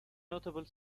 notable